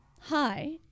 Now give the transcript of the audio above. Hi